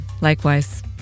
Likewise